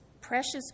precious